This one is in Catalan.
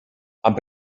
amb